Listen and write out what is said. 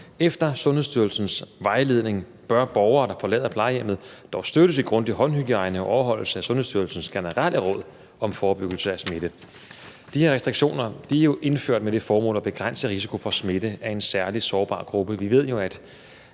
Efter Sundhedsstyrelsens vejledning bør borgere, der forlader plejehjemmet, dog støttes i grundig håndhygiejne og overholdelse af Sundhedsstyrelsens generelle råd om forebyggelse af smitte. De restriktioner er jo indført med det formål at begrænse risikoen for smitte af en særlig sårbar gruppe.